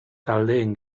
taldeen